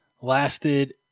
lasted